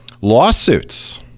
Lawsuits